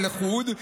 זה לחוד,